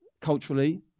culturally